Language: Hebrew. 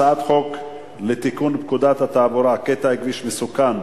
הצעת חוק לתיקון פקודת התעבורה (קטע כביש מסוכן),